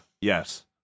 yes